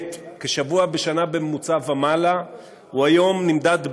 העמדה היא עמדה